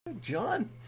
John